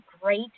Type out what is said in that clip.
great